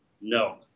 no